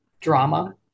drama